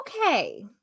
okay